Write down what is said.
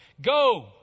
Go